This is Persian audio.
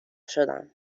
شدم